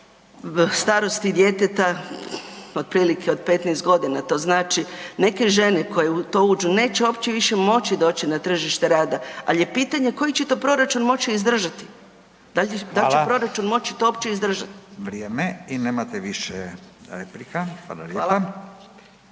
hvala lijepa. Hvala. Hvala.